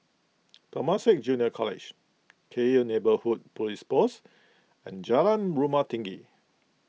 Temasek Junior College Cairnhill Neighbourhood Police Post and Jalan Rumah Tinggi